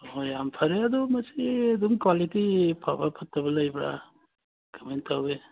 ꯍꯣꯏ ꯍꯣꯏ ꯌꯥꯝ ꯐꯔꯦ ꯑꯗꯨ ꯃꯁꯤ ꯑꯗꯨꯝ ꯀ꯭ꯋꯥꯂꯤꯇꯤ ꯐꯕ ꯐꯠꯇꯕ ꯂꯩꯕ꯭ꯔꯥ ꯀꯃꯥꯏꯅ ꯇꯧꯋꯤ